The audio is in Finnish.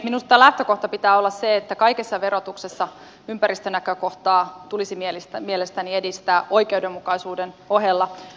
minusta lähtökohdan pitää olla se että kaikessa verotuksessa ympäristönäkökohtaa tulisi mielestäni edistää oikeudenmukaisuuden ohella